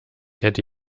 hätte